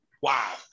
Wow